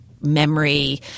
memory